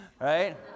Right